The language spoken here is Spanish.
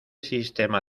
sistema